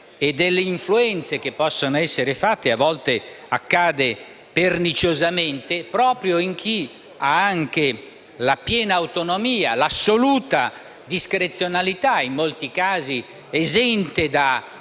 e dalle influenze che possono essere esercitate - a volte accade perniciosamente - proprio su chi ha anche la piena autonomia e l'assoluta discrezionalità - in molti casi esente da